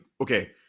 okay